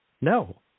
No